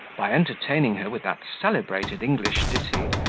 by entertaining her with that celebrated english ditty,